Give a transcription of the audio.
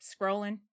scrolling